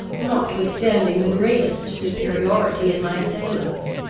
notwithstanding the greatest superiority in my assailants.